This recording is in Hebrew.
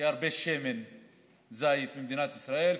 שיהיה הרבה שמן זית במדינת ישראל,